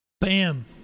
Bam